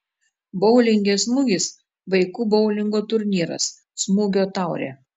boulinge smūgis vaikų boulingo turnyras smūgio taurė